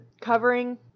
covering